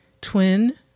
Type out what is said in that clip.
twin